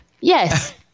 Yes